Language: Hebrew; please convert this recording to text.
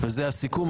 זה הסיכום.